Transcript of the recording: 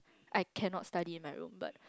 I cannot study in my room but